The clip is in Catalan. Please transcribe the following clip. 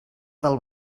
del